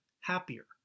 happier